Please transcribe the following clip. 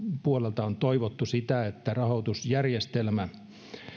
puolelta on toivottu sitä että rahoitusjärjestelmä